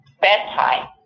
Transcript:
bedtime